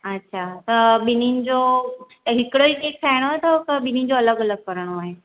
अच्छा त ॿिनिनि जो हिकिड़ो ई केक ठाइणो अथव या ॿिनिनि जो अलॻि अलॻि कराइणो आहे